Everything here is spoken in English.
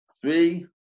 Three